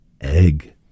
egg